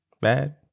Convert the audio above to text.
Bad